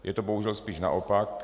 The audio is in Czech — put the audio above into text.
Je to bohužel spíš naopak.